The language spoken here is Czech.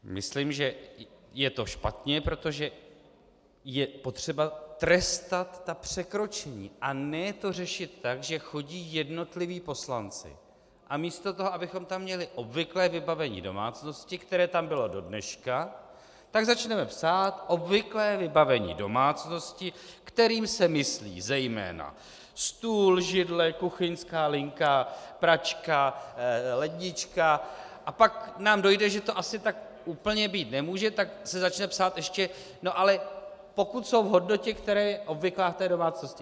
Myslím, že je to špatně, protože je potřeba trestat ta překročení, a ne to řešit tak, že chodí jednotliví poslanci a místo toho, abychom tam měli obvyklé vybavení domácnosti, které tam bylo dodneška, začneme psát obvyklé vybavení domácnosti, kterým se myslí zejména: stůl, židle, kuchyňská linka, pračka, lednička, a pak nám dojde, že to asi tak úplně být nemůže, tak se začne psát ještě no ale pokud jsou v hodnotě, která je obvyklá v té domácnosti.